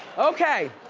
okay.